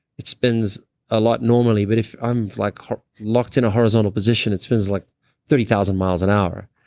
it spins a lot normally, but if i'm like locked in a horizontal position it spins like thirty thousand miles an hour.